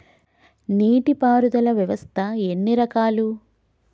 నీటి పారుదల వ్యవస్థ ఎన్ని రకాలు?